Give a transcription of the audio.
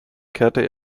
kehrte